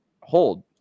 hold